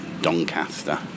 Doncaster